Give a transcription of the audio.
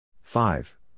Five